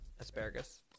asparagus